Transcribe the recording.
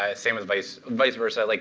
ah same with vice vice versa. like